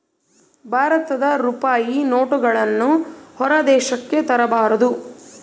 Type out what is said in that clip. ಭಾರತದ ರೂಪಾಯಿ ನೋಟುಗಳನ್ನು ಹೊರ ದೇಶಕ್ಕೆ ತರಬಾರದು